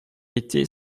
était